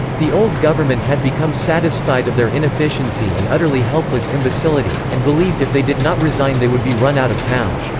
the old government had become satisfied of their inefficiency and utterly helpless imbecility, and believed if they did not resign they would be run out of town.